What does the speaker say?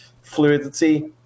fluidity